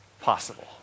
possible